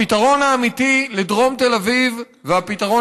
הפתרון האמיתי לדרום תל אביב והפתרון